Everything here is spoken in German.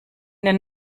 den